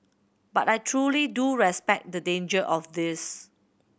but I truly do respect the danger of this